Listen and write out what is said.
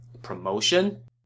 promotion